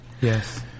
Yes